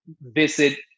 visit